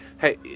hey